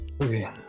Okay